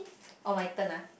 orh my turn ah